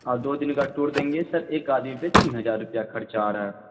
ہاں دو دن کا ٹور دیں گے سر ایک آدمی پہ تین ہزار روپیہ خرچ آ رہا ہے